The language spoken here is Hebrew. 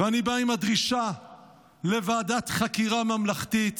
ואני בא עם הדרישה לוועדת חקירה ממלכתית